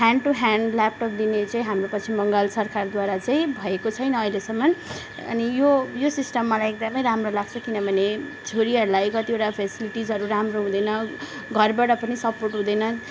hand to hand laptop दिने चाहिँ हाम्रो पश्चिम बङ्गाल सरकारद्वारा चाहिँ भएको छैन अहिलेसम्म अनि यो यो सिस्टम मलाई एकदमै राम्रो लाग्छ किनभने छोरीहरूलाई कतिवटा फेसिलिटिसहरू राम्रो हुँदैन घरबाट पनि सपोर्ट हुँदैन